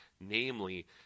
namely